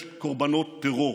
יש קורבנות טרור.